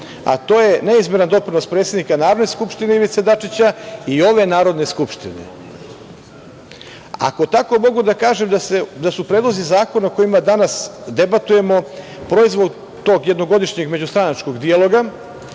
a to je neizmerna…. predsednika Narodne skupštine Ivice Dačića i ove Narodne skupštine. Ako tako mogu da kažem da su predlozi zakona o kojima danas debatujemo proizvod tog jednogodišnjeg međustranačkog dijaloga